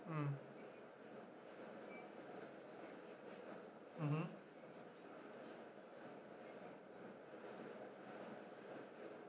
mm mmhmm